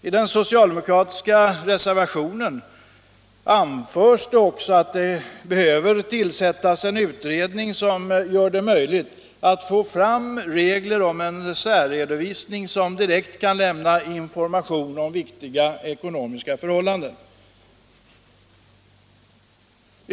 I den socialdemokratiska reservationen anförs också att det behöver tillsättas en utredning som gör det möjligt att få fram regler om en särredovisning som direkt kan lämna information om viktiga ekonomiska förhållanden.